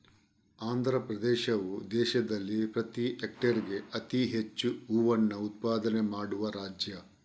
ಆಂಧ್ರಪ್ರದೇಶವು ದೇಶದಲ್ಲಿ ಪ್ರತಿ ಹೆಕ್ಟೇರ್ಗೆ ಅತಿ ಹೆಚ್ಚು ಹೂವನ್ನ ಉತ್ಪಾದನೆ ಮಾಡುವ ರಾಜ್ಯ